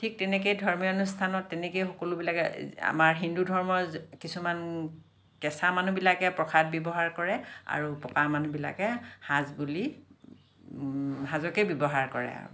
ঠিক তেনেকে ধৰ্মীয় অনুষ্ঠানত তেনেকে সকলোবিলাকে আমাৰ হিন্দু ধৰ্মৰ কিছুমান কেঁচা মানুহ বিলাকে প্ৰসাদ ব্যৱহাৰ কৰে আৰু পকা মানুহবিলাকে সাজ বুলি সাজকে ব্য়ৱহাৰ কৰে আৰু